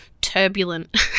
turbulent